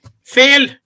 fail